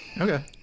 Okay